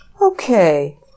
Okay